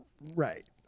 right